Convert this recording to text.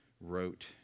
wrote